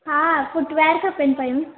हा फूटवेर खपनि पेयूं